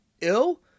Ill